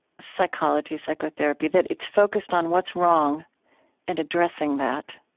psychology, psychotherapy, that it's focused on what's wrong and addressing that.